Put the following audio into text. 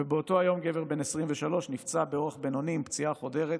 ובאותו היום גבר בן 23 נפצע באורח בינוני עם פציעה חודרת